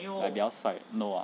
like 比较帅 no ah